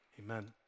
Amen